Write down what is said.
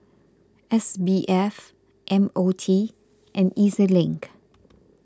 S B F M O T and E Z Link